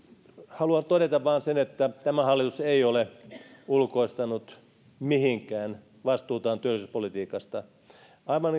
haluan todeta vain sen että tämä hallitus ei ole ulkoistanut mihinkään vastuutaan työllisyyspolitiikasta aivan